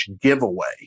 giveaway